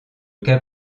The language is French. cas